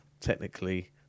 technically